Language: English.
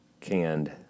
canned